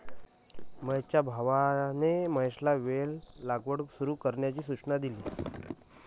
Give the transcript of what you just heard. महेशच्या भावाने महेशला वेल लागवड सुरू करण्याची सूचना केली